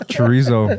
Chorizo